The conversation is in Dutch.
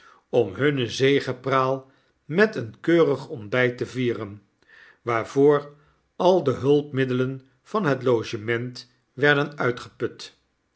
om hunne zegepraal met een keurig ontbijt te vieren waarvoor al de hulpmiddelen van het logement werden uitgeput